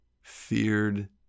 feared